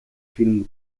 film